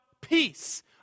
peace